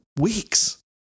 weeks